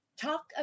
Talk